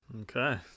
Okay